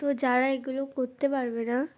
তো যারা এগুলো করতে পারবে না